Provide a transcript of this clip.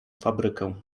fabrykę